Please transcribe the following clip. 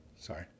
Sorry